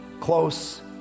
close